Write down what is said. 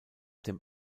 dem